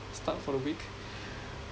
start for the week